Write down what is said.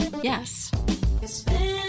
yes